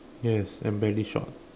yes I'm very short